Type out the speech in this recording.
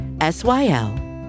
S-Y-L